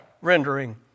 rendering